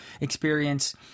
experience